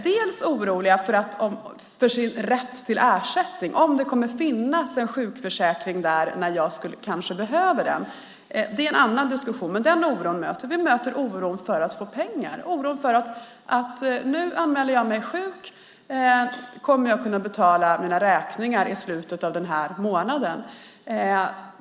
De är oroliga för sin rätt till ersättning, om det kommer att finnas en sjukförsäkring när de kanske behöver den. Det är en annan diskussion, men den oron möter vi. Vi möter oron för om man ska få pengar, oron för att nu anmäler jag mig sjuk, kommer jag att kunna betala mina räkningar i slutet av den här månaden?